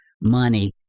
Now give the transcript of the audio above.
money